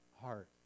heart